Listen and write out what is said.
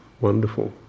wonderful